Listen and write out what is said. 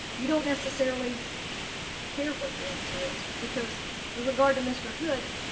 you don't necessarily care what the answer is because with regard to mr. hood,